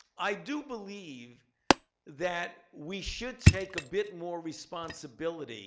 i do believe that we should take a bit more responsibility